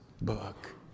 book